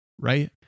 right